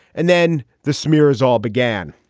and then the smears all began.